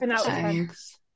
thanks